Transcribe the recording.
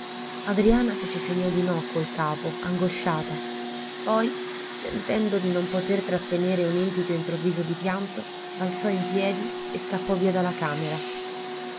adriana fece segno di no col capo angosciata poi sentendo di non poter trattenere un empito improvviso di pianto balzò in piedi e scappò via dalla camera